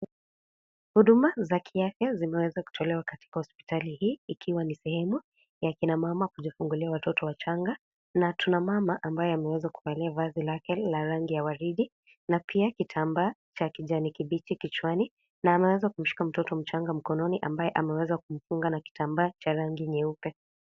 Huduma za kiafya zimeweza kutolewa katika hospitali hii ikiwa ni sehemu ya akina mama kujifungulia watoto wachanga. Na tuna mama ambaye ameweza kuvalia vazi lake la rangi ya waridi. Na pia kitambaa cha kijani kibichi kichwani. Na ameweza kumshika mtoto mchanga mkononi ambaye ameweza kujifunga na kitambaa cha rangi nyeupe.